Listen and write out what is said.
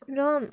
र